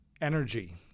energy